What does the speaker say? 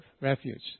refuge